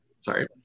Sorry